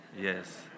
Yes